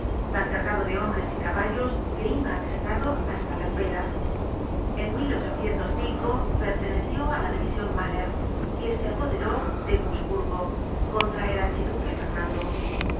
tan cargado de hombres y caballos que iba atestado hasta las velas en perteneció á la division malher que se apoderó de günzburgo contra el archiduque fernando